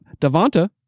Devonta